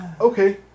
Okay